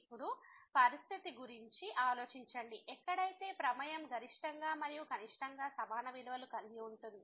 ఇప్పుడు పరిస్థితి గురించి ఆలోచించండి ఎక్కడైతే ప్రమేయం గరిష్టంగా మరియు కనిష్టంగా సమాన విలువను కలిగి ఉంటుంది